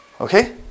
Okay